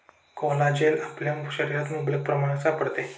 collagen आपल्या शरीरात मुबलक प्रमाणात सापडते